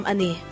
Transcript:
Ani